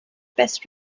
best